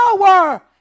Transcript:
power